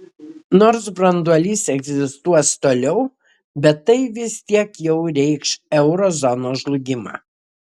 nors branduolys egzistuos toliau bet tai vis tiek jau reikš euro zonos žlugimą